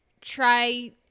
try